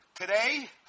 Today